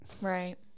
right